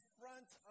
front